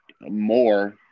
more